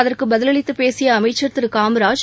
அதற்கு பதில் அளித்துப் பேசிய அமைச்சர் திரு காமராஜ்